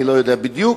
אני לא יודע בדיוק,